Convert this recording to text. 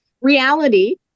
reality